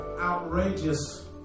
outrageous